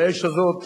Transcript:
כי האש הזאת